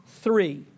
three